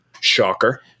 Shocker